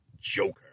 Joker